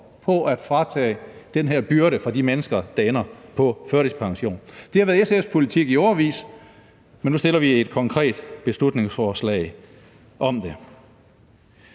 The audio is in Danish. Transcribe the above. på at fratage den her byrde for de mennesker, der ender på førtidspension. Det har været SF's politik i årevis, men nu fremsætter vi et konkret beslutningsforslag om det.